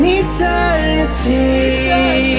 eternity